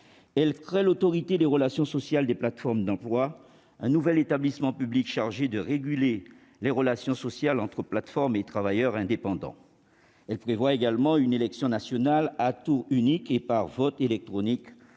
crée l'Autorité des relations sociales des plateformes d'emploi, un nouvel établissement public chargé de réguler les relations sociales entre plateformes et travailleurs indépendants. Elle prévoit également une élection nationale, à tour unique et par vote électronique,